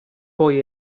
poi